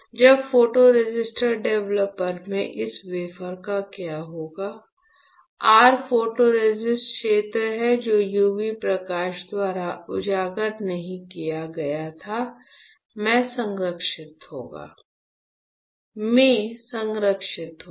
जब photoresist developer में इस वेफर का क्या होगा r फोटोरेसिस्ट क्षेत्र है जो यूवी प्रकाश द्वारा उजागर नहीं किया गया था में संरक्षित होगा